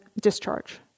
discharge